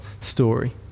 story